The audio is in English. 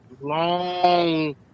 long